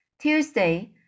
Tuesday